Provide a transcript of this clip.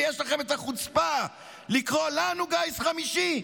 ויש לכם את החוצפה לקרוא לנו גיס חמישי?